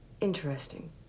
Interesting